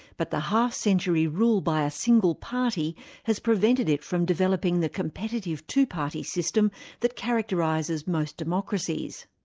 but the half-century rule by a single party has prevented it from developing the competitive, two-party system that characterises most democracies.